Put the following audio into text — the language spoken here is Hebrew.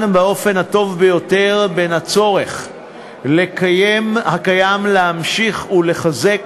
באופן הטוב ביותר בין הצורך הקיים להמשיך ולחזק